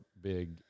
big